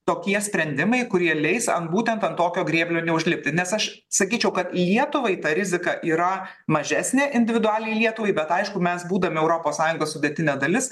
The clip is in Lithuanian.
tokie sprendimai kurie leis ant būtent ant tokio grėblio neužlipti nes aš sakyčiau kad lietuvai ta rizika yra mažesnė individualiai lietuvai bet aišku mes būdami europos sąjungos sudėtinė dalis